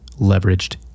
leveraged